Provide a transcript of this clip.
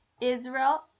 Israel